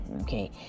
okay